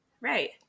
Right